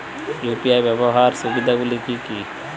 UPI ব্যাবহার সুবিধাগুলি কি কি?